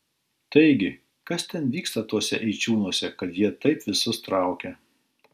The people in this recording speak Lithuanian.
taigi kas ten vyksta tuose eičiūnuose kad jie taip visus traukia